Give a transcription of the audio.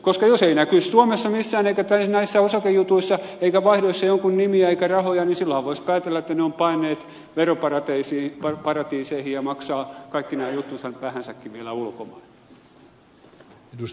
koska jos ei näkyisi suomessa missään eikä näissä osakejutuissa eikä vaihdoissa jonkun nimiä eikä rahoja niin silloinhan voisi päätellä että ne ovat paenneet veroparatiiseihin ja maksavat kaikki nämä juttunsa nyt vähänsäkin vielä ulkomaille